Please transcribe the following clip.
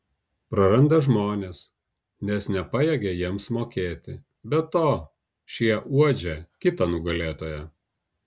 praranda žmones nes nepajėgia jiems mokėti be to šie uodžia kitą nugalėtoją